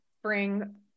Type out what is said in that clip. spring